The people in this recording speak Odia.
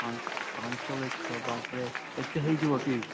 ପାନ୍ ପାଞ୍ଚ ଲକ୍ଷ ବାପରେ ଏତେ ହୋଇଯିବ କି